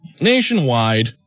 nationwide